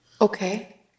Okay